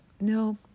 no